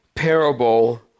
parable